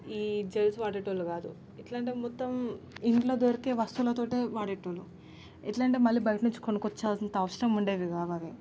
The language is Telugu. ఈ జెల్స్ వాడేటోళ్లు కాదు ఎట్లంటే మొత్తం ఇంట్లో దొరికే వస్తువులతోటే వాడేటోళ్లు ఎట్లంటే మళ్ళీ బయటినించి కొనుక్కొంచెంత అవసరం ఉండేది కావవి